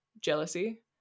jealousy